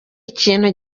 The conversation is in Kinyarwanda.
ikintu